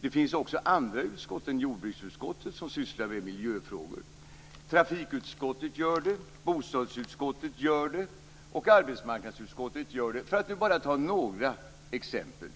också finns andra utskott än jordbruksutskottet som sysslar med miljöfrågor. Trafikutskottet gör det, bostadsutskottet gör det och arbetsmarknadsutskottet gör det - för att nu bara ta några exempel.